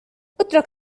اترك